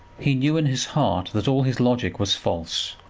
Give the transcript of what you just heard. he knew in his heart that all his logic was false,